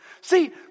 See